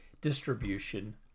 distribution